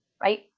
right